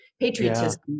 patriotism